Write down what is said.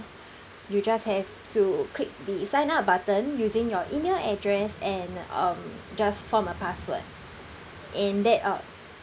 you just have to click the sign up button using your email address and um just form a password and that um